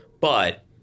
But-